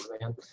man